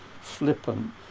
flippant